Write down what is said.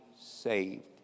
saved